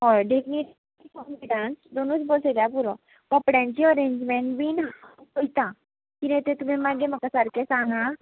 हय देखणी डान्स दोनूच बसयल्या पुरो कपड्यांची अरेंजमेंट बीन हांव पळयतां किदें तें तुमी मागीर म्हाका सारकें सांगा